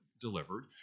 delivered